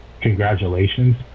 Congratulations